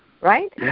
right